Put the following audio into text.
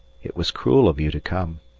it was cruel of you to come,